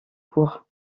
cours